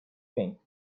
pink